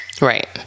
Right